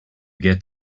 get